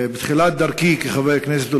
בתחילת דרכי כחבר הכנסת,